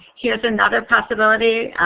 here's another possibility,